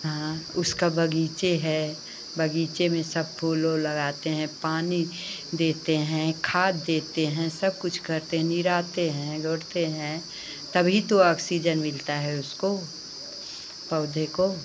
हाँ उसका बगीचा है बगीचे में सब फूल ऊल लगाते हैं पानी देते हैं खाद देते हैं सब कुछ करते हैं निराते हैं गोड़ते हैं तभी तो ऑक्सीजन मिलता है उसको पौधे को